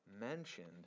mentioned